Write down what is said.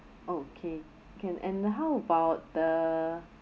okay can and how about the